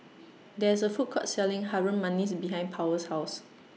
There IS A Food Court Selling Harum Manis behind Powell's House